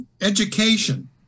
education